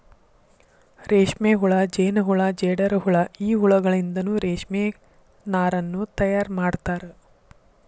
ರೇಷ್ಮೆಹುಳ ಜೇನಹುಳ ಜೇಡರಹುಳ ಈ ಹುಳಗಳಿಂದನು ರೇಷ್ಮೆ ನಾರನ್ನು ತಯಾರ್ ಮಾಡ್ತಾರ